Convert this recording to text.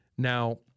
Now